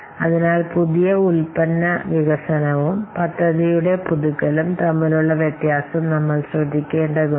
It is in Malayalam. അതിനാൽ പുതിയ ഉൽപ്പന്ന വികസനവും പദ്ധതിയുടെ പുതുക്കലും തമ്മിലുള്ള വ്യത്യാസം നമ്മൾ ശ്രദ്ധിക്കേണ്ടതുണ്ട്